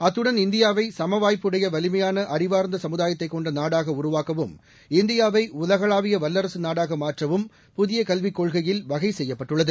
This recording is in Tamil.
அத்துடன் இந்தியாவை சமவாய்ப்பு உடைய வலிமையான அறிவார்ந்த சமுதாயத்தைக் கொண்ட நாடாக உருவாக்கவும் இந்தியாவை உலகளாவிய வல்லரசு நாடாக மாற்றவும் புதிய கல்விக் கொள்கையில் வகை செய்யப்பட்டுள்ளது